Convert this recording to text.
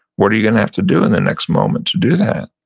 what are you gonna have to do in the next moment to do that?